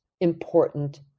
important